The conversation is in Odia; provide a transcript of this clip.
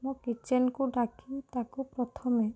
ମୁଁ କିଚେନ୍କୁ ଡ଼ାକି ତାକୁ ପ୍ରଥମେ